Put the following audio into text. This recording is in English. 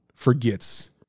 Forgets